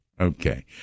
Okay